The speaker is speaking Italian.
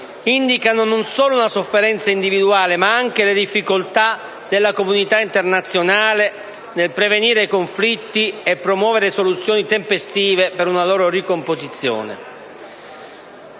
indicano non solo una sofferenza individuale, ma anche le difficoltà della comunità internazionale nel prevenire conflitti e promuovere soluzioni tempestive per una loro ricomposizione.